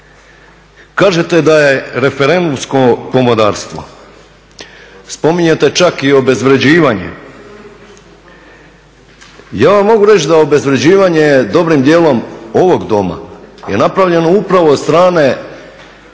Kažete da je referendumsko pomodarstvo, spominjete čak i obezvređivanje, ja vam mogu reći da obezvređivanje dobrim djelom ovog Doma je napravljeno upravo od strane